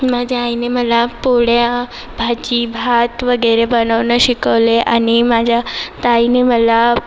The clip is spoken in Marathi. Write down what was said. माझ्या आईने मला पोळ्या भाजी भात वगैरे बनवणं शिकवले आणि माझ्या ताईने मला